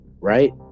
right